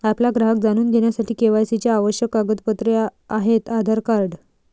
आपला ग्राहक जाणून घेण्यासाठी के.वाय.सी चे आवश्यक कागदपत्रे आहेत आधार कार्ड